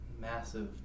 massive